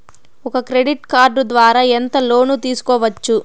ఒక credit card ద్వారా ఎంత లోను తీసుకోవచ్చు?